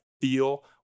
feel